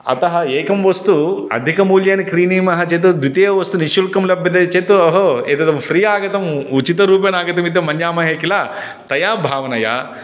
अतः एकं वस्तु अधिकमूल्येन क्रीणीमः चेत् द्वितीयवस्तु निःशुल्कं लभ्यते चेत् ओ हो एतद् फ़्री आगतम् उचितरूपेण आगतमिति मन्यामहे किल तया भावनया